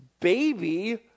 baby